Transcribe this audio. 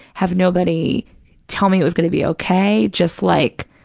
have nobody tell me it was going to be okay, just like,